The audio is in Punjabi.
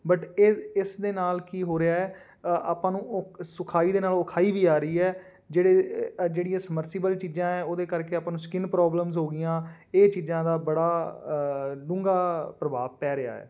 ਬਟ ਇਹ ਇਸ ਦੇ ਨਾਲ ਕੀ ਹੋ ਰਿਹਾ ਅ ਆਪਾਂ ਨੂੰ ਉਹ ਸੁਖਾਈ ਦੇ ਨਾਲ ਔਖਾਈ ਵੀ ਆ ਰਹੀ ਹੈ ਜਿਹੜੇ ਅ ਜਿਹੜੀ ਸਮਰਸੀਬਲ ਚੀਜ਼ਾਂ ਹੈ ਉਹਦੇ ਕਰਕੇ ਆਪਾਂ ਨੂੰ ਸਕਿਨ ਪ੍ਰੋਬਲਮਜ਼ ਹੋ ਗਈਆਂ ਇਹ ਚੀਜ਼ਾਂ ਦਾ ਬੜਾ ਡੂੰਘਾ ਪ੍ਰਭਾਵ ਪੈ ਰਿਹਾ ਹੈ